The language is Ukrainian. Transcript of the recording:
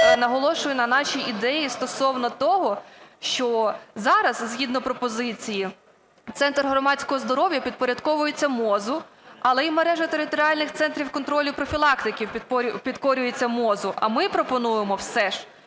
наголошую на нашій ідеї стосовно того, що зараз, згідно пропозиції, "Центр громадського здоров'я" підпорядковується МОЗу, але і мережа територіальних центрів контролю, профілактики підкорюється МОЗу, а ми пропонуємо все ж,